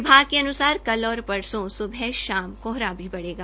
विभाग के अन्सार कल और परसो स्बह शाम कोहरा भी पड़ेगा